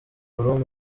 w’amaguru